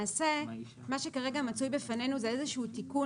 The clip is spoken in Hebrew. למעשה מה שמצוי כרגע בפנינו זה איזה שהוא תיקון